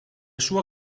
sua